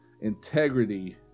integrity